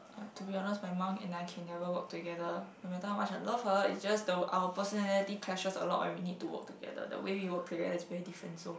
uh to be honest my mom and I can never work together no matter how much I love her it's just the our personality crashes a lot when we need to work together the way we work together is very different so